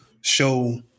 show